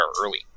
early